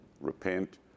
repent